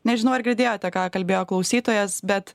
nežinau ar girdėjote ką kalbėjo klausytojas bet